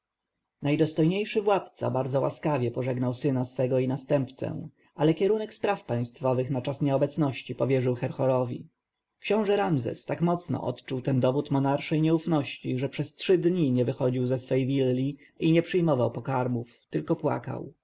najdostojniejszy władca bardzo łaskawie pożegnał syna swego i następcę ale kierunek spraw państwowych na czas nieobecności powierzył herhorowi książę ramzes tak mocno odczuł ten dowód monarszej nieufności że przez trzy dni nie wychodził ze swojej willi i nie przyjmował pokarmów tylko płakał